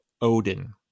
Odin